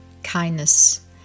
Kindness